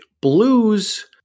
blues